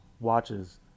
watches